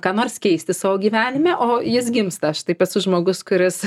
ką nors keisti savo gyvenime o jis gimsta aš taip esu žmogus kuris